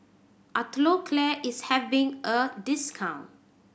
Atopiclair is having a discount